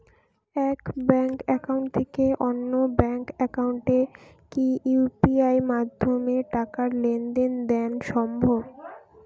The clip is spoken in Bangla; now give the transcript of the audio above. এক ব্যাংক একাউন্ট থেকে অন্য ব্যাংক একাউন্টে কি ইউ.পি.আই মাধ্যমে টাকার লেনদেন দেন সম্ভব?